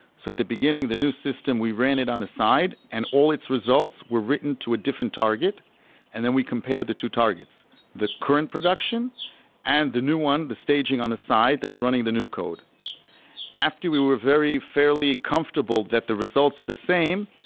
so at the beginning, the new system we ran it on the side and all its results were written to a different target and then we compare the two targets the current production and the new one, the staging on the side that's running the new code after we were very fairly comfortable that the results are the same,